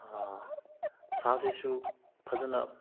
ꯁꯥꯁꯤꯁꯨ ꯐꯖꯅ